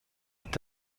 est